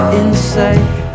inside